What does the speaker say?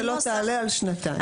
שלא תעלה על שנתיים.